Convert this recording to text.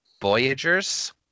Voyagers